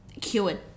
cured